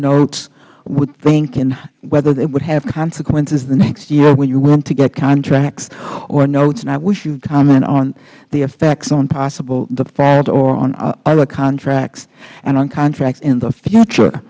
notes would think and whether it would have consequences the next year when you went to get contracts or notes and i wish you would comment on the effects on possible default or on other contracts and on contracts in the future